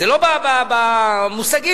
מבחינת העניין